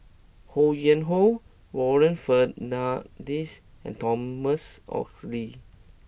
Ho Yuen Hoe Warren Fernandez and Thomas Oxley